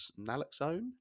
naloxone